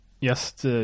yes